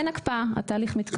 אין הקפאה, התהליך מתקדם.